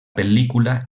pel·lícula